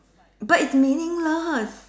but it's meaningless